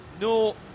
no